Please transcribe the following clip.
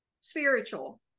spiritual